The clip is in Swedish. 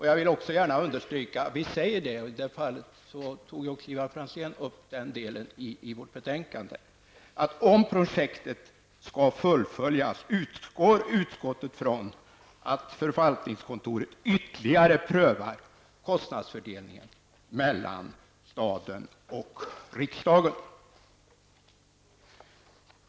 Jag vill dessutom understryka -- Ivar Franzén tog också upp detta -- att om projektet skall fullföljas utgår utskottet ifrån att förvaltningskontoret ytterligare prövar kostnadsfördelningen mellan staten och riksdagen.